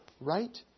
right